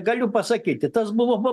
galiu pasakyti tas buvo